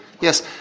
Yes